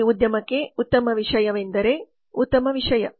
ಪ್ರಚಾರ ಈ ಉದ್ಯಮಕ್ಕೆ ಉತ್ತಮ ವಿಷಯವೆಂದರೆ ಉತ್ತಮ ವಿಷಯ